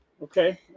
Okay